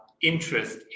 interest